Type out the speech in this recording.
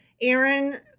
Aaron